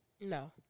No